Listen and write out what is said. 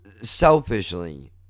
selfishly